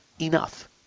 enough